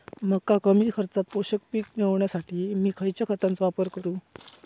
मका कमी खर्चात पोषक पीक मिळण्यासाठी मी खैयच्या खतांचो वापर करू?